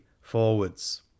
forwards